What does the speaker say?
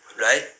Right